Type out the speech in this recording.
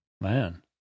man